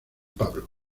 pablo